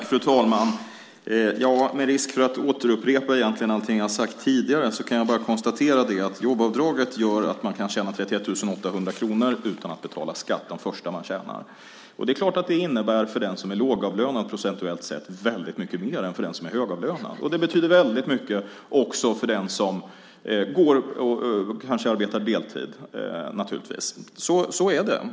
Fru talman! Med risk för att återupprepa allting som jag har sagt tidigare kan jag bara konstatera att jobbavdraget gör att man kan tjäna 31 800 kronor utan att betala skatt - det gäller de första man tjänar. Det är klart att det för den som är lågavlönad innebär väldigt mycket mer, procentuellt sett, än för den som är högavlönad. Det betyder naturligtvis också väldigt mycket för den som kanske arbetar deltid. Så är det.